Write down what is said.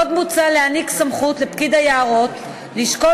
עוד מוצע להעניק סמכות לפקיד היערות לשקול